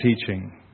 teaching